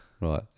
right